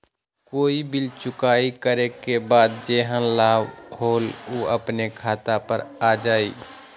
कोई बिल चुकाई करे के बाद जेहन लाभ होल उ अपने खाता पर आ जाई?